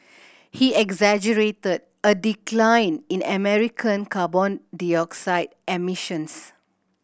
he exaggerated a decline in American carbon dioxide emissions